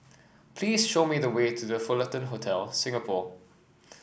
please show me the way to The Fullerton Hotel Singapore